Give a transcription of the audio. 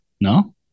No